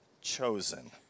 chosen